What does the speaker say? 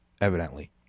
evidently